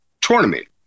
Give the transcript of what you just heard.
tournament